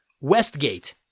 Westgate